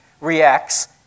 reacts